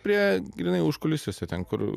prie grynai užkulisiuose ten kur